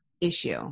issue